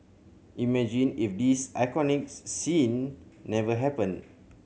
imagine if this iconic's scene never happened